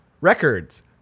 Records